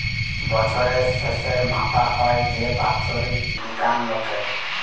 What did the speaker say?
বছরের শেসে মাপা হ্যয় যে বাৎসরিক ইলকাম লকের